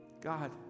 God